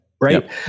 right